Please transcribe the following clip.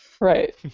Right